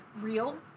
real